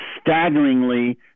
staggeringly